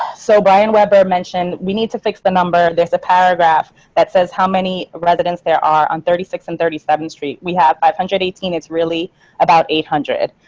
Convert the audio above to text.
so brian, weber mentioned, we need to fix the number. there's a paragraph that says how many residents there are on thirty six and thirty seven street. we have five hundred and eighteen it's really about eight hundred